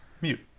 mute